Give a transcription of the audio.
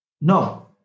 No